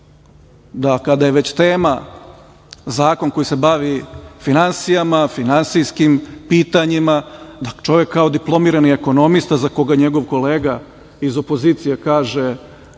da kada je već tema zakon koji se bavi finansijama, finansijskim pitanjima da čovek kao diplomirani ekonomista za koga njegov kolega iz opozicije kaže